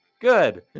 Good